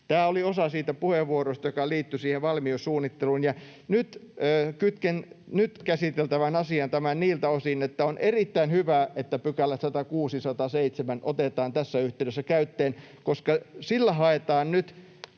Tämä oli osa siitä puheenvuorosta, joka liittyi siihen valmiussuunnitteluun, ja kytken tämän nyt käsiteltävään asiaan niiltä osin, että on erittäin hyvä, että 106 § ja 107 § otetaan tässä yhteydessä käyttöön, koska sillä haetaan nyt